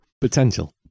Potential